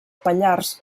pallars